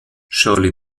shirley